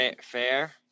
fair